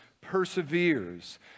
perseveres